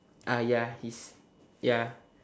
ah ya he's ya